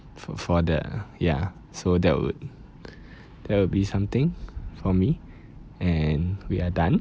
f~ for that ah ya so that would that would be something for me and we are done